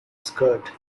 skirt